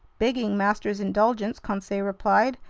begging master's indulgence, conseil replied,